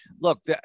Look